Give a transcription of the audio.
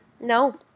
No